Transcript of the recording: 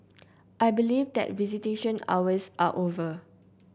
I believe that visitation hours are over